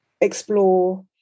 explore